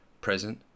present